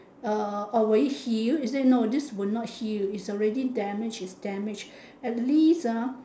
uh or will it heal is it no this would not heal is already damaged is damaged at least ah